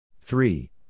Three